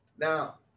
Now